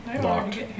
locked